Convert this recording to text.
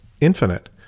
infinite